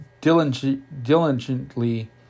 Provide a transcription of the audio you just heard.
diligently